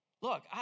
Look